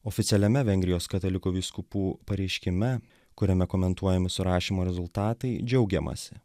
oficialiame vengrijos katalikų vyskupų pareiškime kuriame komentuojami surašymo rezultatai džiaugiamasi